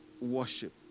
worship